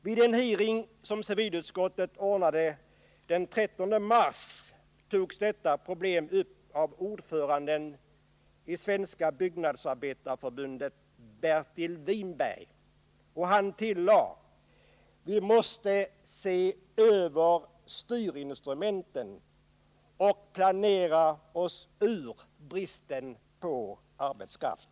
Vid en hearing som civilutskottet ordnade den 13 mars togs detta problem upp av ordföranden i Svenska byggnadsarbetareförbundet. Bertil Whinberg. Han sade bl.a.: Vi måste se över styrinstrumenten och planera oss ur bristen på arbetskraft.